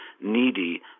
needy